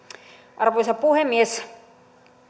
arvoisa puhemies